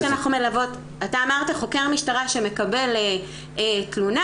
אמרת שחוקר משטרה שמקבל תלונה,